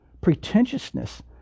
Pretentiousness